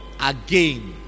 again